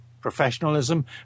professionalism